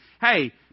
hey